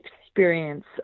experience